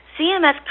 CMS